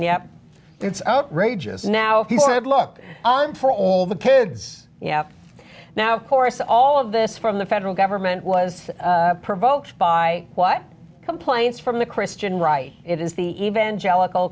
yeah it's outrageous now he said look on for all the kids yeah now course all of this from the federal government was provoked by what complaints from the christian right it is the evangelical